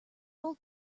old